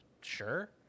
sure